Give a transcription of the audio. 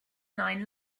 nine